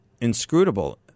inscrutable